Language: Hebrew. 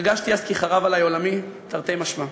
הרגשתי אז כי חרב עלי עולמי, תרתי משמע.